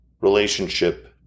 relationship